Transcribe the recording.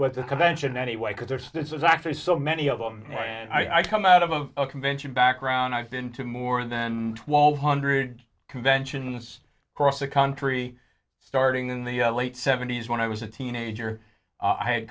what the convention anyway because there's this is after so many of them and i come out of a convention background i've been to more than twelve hundred conventions across the country starting in the late seventy's when i was a teenager i had